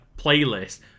playlist